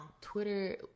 Twitter